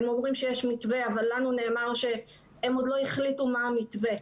הם אומרים שיש מתווה אבל לנו נאמר שהם עוד לא החליטו מה המתווה.